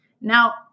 Now